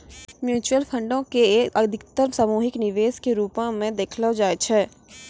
mutual फंडो के अधिकतर सामूहिक निवेश के रुपो मे देखलो जाय छै